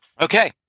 Okay